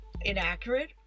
inaccurate